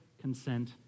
consent